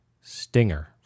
Stinger